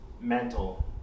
mental